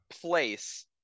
place